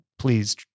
please